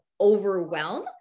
overwhelm